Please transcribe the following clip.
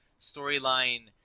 storyline